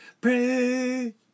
Pray